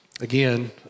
again